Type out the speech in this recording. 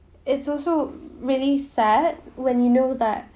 it's also really sad when you know that